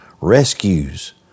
rescues